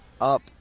up